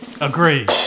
Agree